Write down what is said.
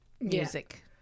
Music